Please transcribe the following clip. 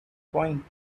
point